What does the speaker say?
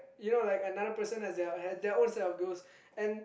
you know like another person has their has their own set of goals and